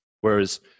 Whereas